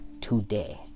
today